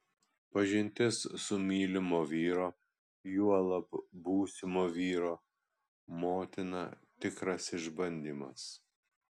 pažintis su mylimo vyro juolab būsimo vyro motina tikras išbandymas